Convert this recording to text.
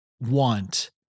want